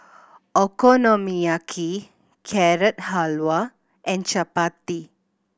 Okonomiyaki Carrot Halwa and Chapati